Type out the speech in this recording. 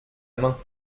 main